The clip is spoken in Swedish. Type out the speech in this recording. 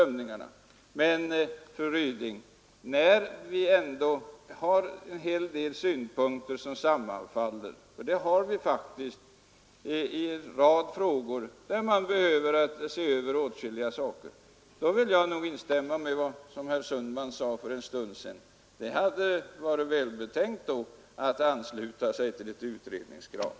Men, fru Ryding, när ändå en hel del av våra synpunkter sammanfaller — så är det faktiskt i en rad frågor som vi anser bör ses över — vill jag instämma i vad herr Sundman sade för en stund sedan, nämligen att det då hade varit välbetänkt att ansluta sig till utredningskravet.